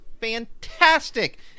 fantastic